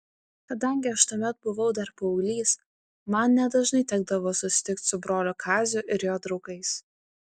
kadangi aš tuomet buvau dar paauglys man nedažnai tekdavo susitikti su broliu kaziu ir jo draugais